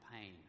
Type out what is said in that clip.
pain